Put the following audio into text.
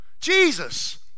Jesus